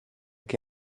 che